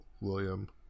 William